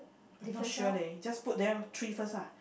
I'm not sure leh just put there three first ah